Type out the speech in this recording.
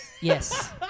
Yes